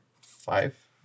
five